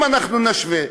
אם אנחנו נשווה,